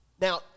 Now